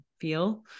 feel